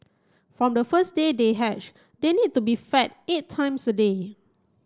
from the first day they hatch they need to be fed eight times a day